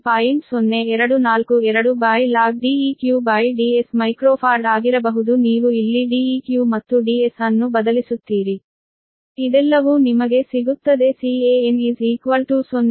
0242log DeqDs microfarad ಆಗಿರಬಹುದು ನೀವು ಇಲ್ಲಿ Deq ಮತ್ತು Ds ಅನ್ನು ಬದಲಿಸುತ್ತೀರಿ ಇದೆಲ್ಲವೂ ನಿಮಗೆ ಸಿಗುತ್ತದೆ Can 0